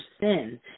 sin